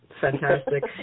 fantastic